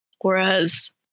whereas